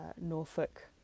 Norfolk